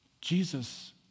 Jesus